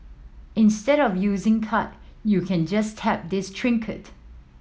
instead of using card you can just tap this trinket